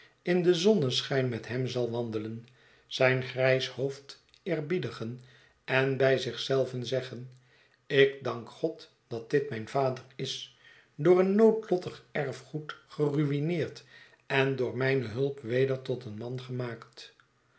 in den zonneschijn met hem zal wandelen zijn grijs hoofd eerbiedigen en bij zich zelven zeggen ik dank god dat dit mijn vader is door een noodlottig erfgoed geruïneerd en door mijne hulp weder tot een man gemaakt